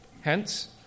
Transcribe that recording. Hence